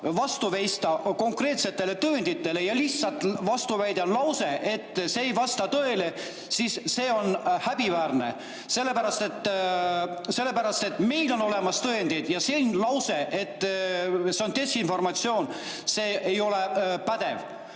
vastu seista konkreetsetele tõenditele, vastuväide on lihtsalt lause, et see ei vasta tõele, siis see on häbiväärne, sellepärast et meil on olemas tõendid. Selline lause, et see on desinformatsioon, ei ole pädev.